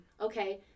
Okay